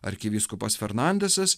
arkivyskupas fernandesas